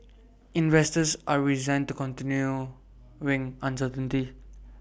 investors are resigned to continuing uncertainty